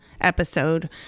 episode